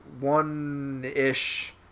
one-ish